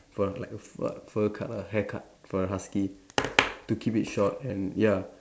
for like a fur fur cut ah hair cut for a husky to keep it short and ya